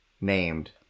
named